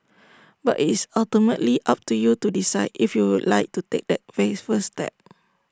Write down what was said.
but is ultimately up to you to decide if you would like to take that very first step